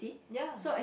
ya